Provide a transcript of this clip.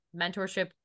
mentorship